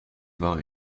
war